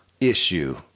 issue